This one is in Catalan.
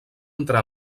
entre